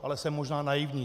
Ale jsem možná naivní.